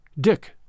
Dick